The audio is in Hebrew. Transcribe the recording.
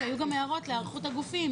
כי היו גם הערות להיערכות הגופים,